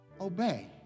Obey